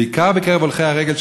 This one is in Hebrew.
בעיקר בקרב הולכי הרגל,